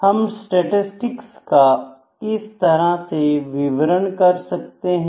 हम स्टेटिस्टिक्स का किस तरह से विवरण कर सकते हैं